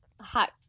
hot